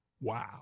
Wow